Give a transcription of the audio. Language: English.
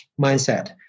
mindset